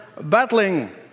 battling